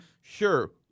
sure